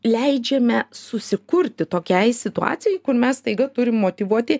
leidžiame susikurti tokiai situacijai kur mes staiga turim motyvuoti